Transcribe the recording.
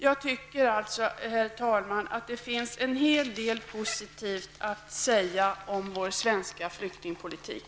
Jag tycker alltså att det finns en hel del positivt att säga om vår svenska flyktingpolitik.